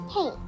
Hey